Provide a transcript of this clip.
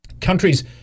Countries